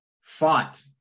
fought